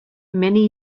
many